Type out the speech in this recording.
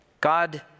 God